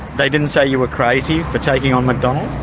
they didn't say you were crazy for taking on mcdonald's?